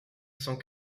cent